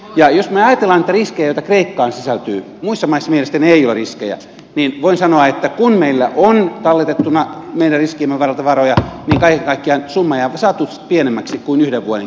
jos me ajattelemme niitä riskejä joita kreikkaan sisältyy muissa maissa mielestäni ei ole riskejä niin voin sanoa että kun meillä on talletettuna meidän riskiemme varalta varoja niin kaiken kaikkiaan summa on saatu pienemmäksi kuin yhden vuoden kehitysapu